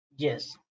yes